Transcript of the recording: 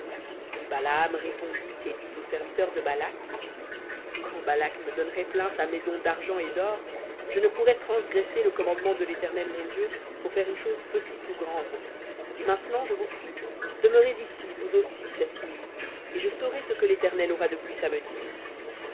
et balaam répondit et dit aux serviteurs de balak quand balak me donnerait plein sa maison d'argent et d'or je ne pourrais transgresser le commandement de l'éternel mon dieu pour faire une chose petite ou grande et maintenant je vous prie demeurez ici vous aussi cette nuit et je saurai ce que l'éternel aura de plus à me dire